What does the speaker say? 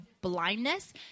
blindness